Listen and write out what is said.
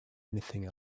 anything